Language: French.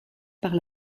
par